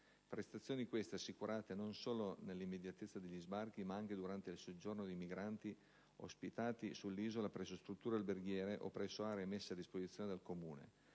prestazioni, queste, assicurate non solo nell'immediatezza degli sbarchi, ma anche durante il soggiorno dei migranti ospitati sull'isola presso strutture alberghiere o presso aree messe a disposizione dal Comune,